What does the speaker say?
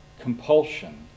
compulsion